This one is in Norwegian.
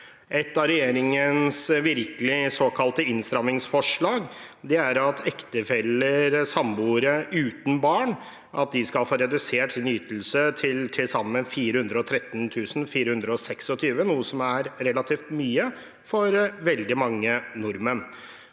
Ett av regjeringens såkalte innstrammingsforslag er at ektefeller og samboere uten barn skal få redusert sin ytelse til til sammen 413 426 kr, noe som er relativt mye for veldig mange nordmenn.